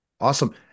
Awesome